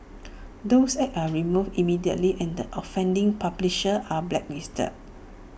those ads are removed immediately and the offending publishers are blacklisted